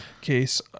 case